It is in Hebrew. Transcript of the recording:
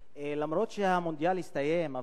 אף-על-פי שהמונדיאל הסתיים,